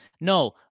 no